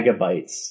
megabytes